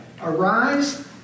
Arise